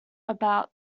about